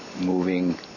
moving